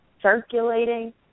circulating